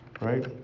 right